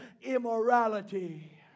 immorality